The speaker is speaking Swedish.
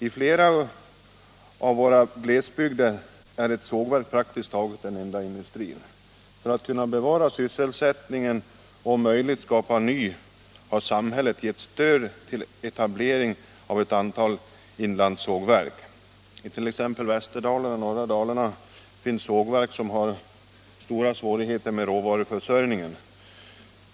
I flera av våra glesbygder är ett sågverk praktiskt taget den enda industrin. För att kunna bevara sysselsättningen och om möjligt skapa ny sådan har samhället gett stöd till etablering av ett antal inlandssågverk. I t.ex. Västerdalarna och norra Dalarna finns sågverk som har stora svårigheter med råvaruförsörjningen.